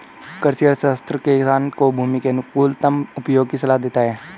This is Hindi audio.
कृषि अर्थशास्त्र किसान को भूमि के अनुकूलतम उपयोग की सलाह देता है